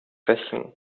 versprechen